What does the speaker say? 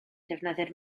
defnyddir